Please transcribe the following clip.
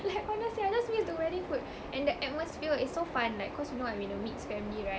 like honestly I just miss the wedding food and the atmosphere it's so fun like cause you know I'm in a mixed family right